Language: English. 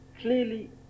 clearly